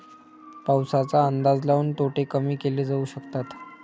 पाऊसाचा अंदाज लाऊन तोटे कमी केले जाऊ शकतात